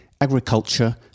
agriculture